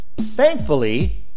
Thankfully